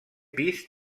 pis